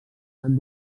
han